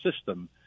system